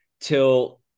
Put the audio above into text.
till